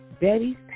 Betty's